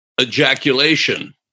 Ejaculation